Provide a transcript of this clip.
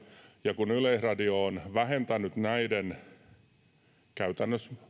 ja kun yleisradio on vähentänyt näiden näyttämistä käytännössä